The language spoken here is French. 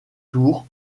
tour